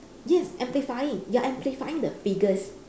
yes amplifying you're amplifying the figures